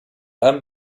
einem